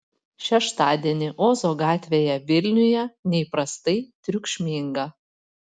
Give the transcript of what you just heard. šeštadienį ozo gatvėje vilniuje neįprastai triukšminga